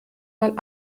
mal